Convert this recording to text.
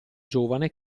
giovane